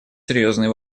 серьезные